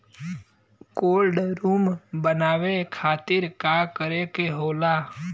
Cold room बनावे खातिर का करे के होला?